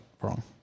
Wrong